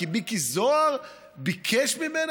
כי מיקי זוהר ביקש ממנה?